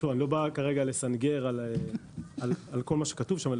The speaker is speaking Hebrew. אני לא בא לסנגר על כל מה שכתוב שם,